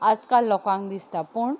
आजकाल लोकांक दिसता पूण